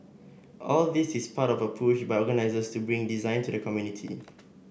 all this is part of a push by organisers to bring design to the community